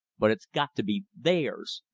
but it's got to be theirs.